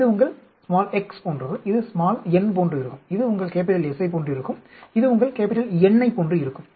இது உங்கள் x போன்றது இது n போன்று இருக்கும் இது உங்கள் S ஐப் போன்று இருக்கும் இது உங்கள் N ஐப் போன்று இருக்கும்